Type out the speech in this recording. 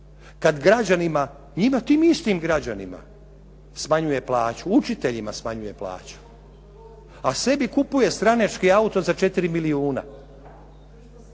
građanima, tim istim građanima smanjuje plaću. Učiteljima smanjuje plaću, a sebi kupuje stranački auto za 4 milijuna.